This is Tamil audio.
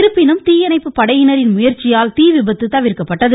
இருப்பினும் தீயணைப்பு படையினரின் முயற்சியால் தீ விபத்து தவிர்க்கப்பட்டது